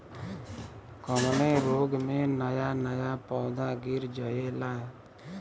कवने रोग में नया नया पौधा गिर जयेला?